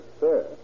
sir